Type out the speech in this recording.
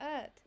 Earth